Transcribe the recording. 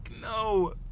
No